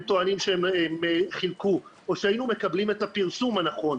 טוענים שהם חילקו או שהיינו מקבלים את הפרסום הנכון,